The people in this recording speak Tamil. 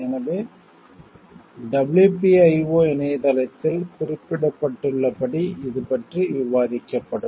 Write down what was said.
எனவே WPIO இணையதளத்தில் குறிப்பிடப்பட்டுள்ளபடி இது பற்றி விவாதிக்கப்படும்